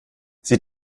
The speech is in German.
sie